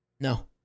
No